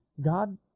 God